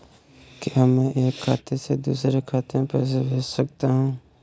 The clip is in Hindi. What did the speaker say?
क्या मैं एक बैंक से दूसरे बैंक में पैसे भेज सकता हूँ?